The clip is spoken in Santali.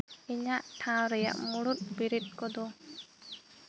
ᱤᱧᱟᱹᱜ ᱴᱷᱟᱶ ᱨᱮᱭᱟᱜ ᱢᱩᱬᱩᱫ ᱵᱤᱨᱤᱫ ᱠᱚᱫᱚ